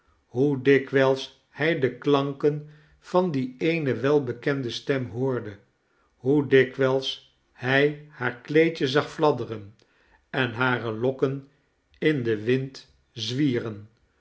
hoe dikwijls hij de klanken van die eene welbekende stem hoorde hoe dikwijls hij haar kleedje zag fladderen en hare lokken in den wind zwieren